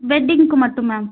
வெட்டிங்க்கு மட்டும் மேம்